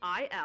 IL